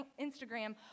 Instagram